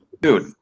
dude